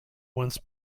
once